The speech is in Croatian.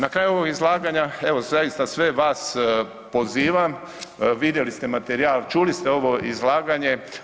Na kraju ovog izlaganja evo zaista sve vas pozivam, vidjeli ste materijal, čuli ste ovo izlaganje.